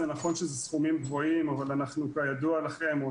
זה נכון שאלה סכומים גבוהים אבל כידוע לכם או